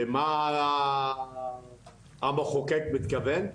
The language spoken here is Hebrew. מה המחוקק מתכוון,